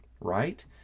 right